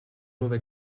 nuove